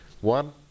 one